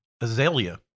Azalea